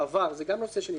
זה גם נושא שהעלינו,